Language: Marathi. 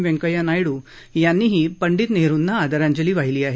व्यंकय्या नायडू यांनी ही पंडित नेहरुंनाना आदरांजली वाहिली आहे